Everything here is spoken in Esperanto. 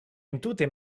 entute